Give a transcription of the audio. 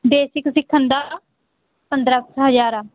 basic ਸਿੱਖਣ ਦਾ ਪੰਦਰਾਂ ਕੁ ਹਜ਼ਾਰ ਆ